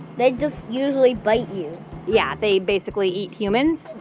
they just usually bite you yeah. they basically eat humans?